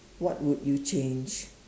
what would you change